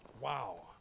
Wow